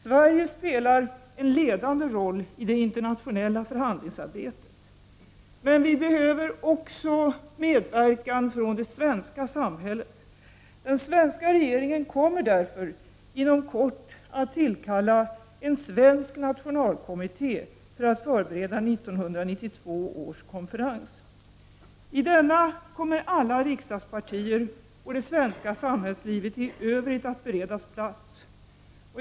Sverige spelar en ledande roll i det internationella förhandlingsarbetet, men vi behöver också medverkan från det svenska samhället. Den svenska regeringen kommer därefter inom kort att tillkalla en svensk nationalkommitté för att förbereda 1992 års konferens. I denna kommer alla riksdagspartier och det svenska samhällslivet i övrigt att beredas plats.